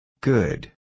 Good